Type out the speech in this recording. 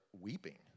weeping